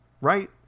Right